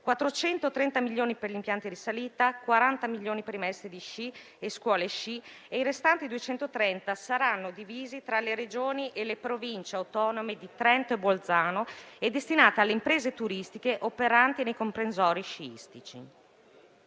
430 milioni per gli impianti di risalita, 40 milioni per i maestri di sci e scuole di sci e i restanti 230 saranno divisi tra le Regioni e le Province autonome di Trento e Bolzano e destinate alle imprese turistiche operanti nei comprensori sciistici.